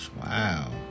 Wow